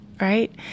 right